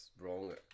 Wrong